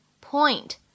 point